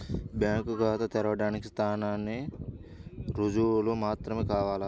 Bank ఖాతా తెరవడానికి స్థానిక రుజువులు మాత్రమే కావాలా?